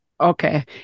Okay